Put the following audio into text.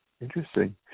Interesting